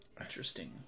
interesting